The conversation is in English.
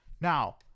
Now